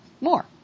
more